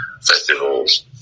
festivals